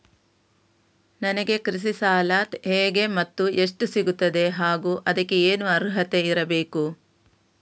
ನನಗೆ ಕೃಷಿ ಸಾಲ ಹೇಗೆ ಮತ್ತು ಎಷ್ಟು ಸಿಗುತ್ತದೆ ಹಾಗೂ ಅದಕ್ಕೆ ಏನು ಅರ್ಹತೆ ಇರಬೇಕು?